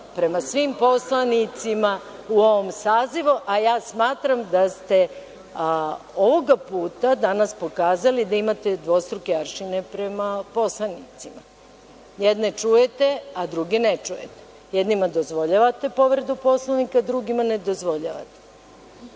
prema svim poslanicima u ovom sazivu, a ja smatram da ste ovoga puta danas pokazali da imate dvostruke aršine prema poslanicima, jedne čujete, a druge ne čujete, jednima dozvoljavate povredu Poslovnika, a drugima ne dozvoljavate. Sad